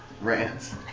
rants